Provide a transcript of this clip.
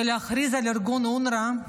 כדי להכריז על ארגון אונר"א